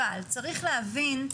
אבל צריך להבין,